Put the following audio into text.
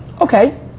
Okay